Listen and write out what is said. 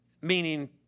Meaning